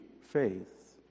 faith